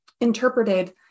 interpreted